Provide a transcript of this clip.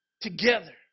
together